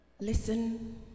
Listen